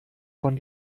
von